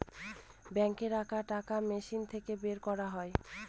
বাঙ্কে রাখা টাকা মেশিন থাকে বের করা যায়